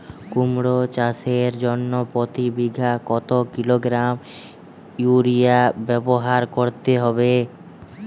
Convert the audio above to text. কুমড়ো চাষের জন্য প্রতি বিঘা কত কিলোগ্রাম ইউরিয়া ব্যবহার করতে হবে?